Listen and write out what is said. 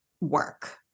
work